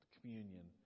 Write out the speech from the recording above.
communion